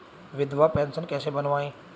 विधवा पेंशन कैसे बनवायें?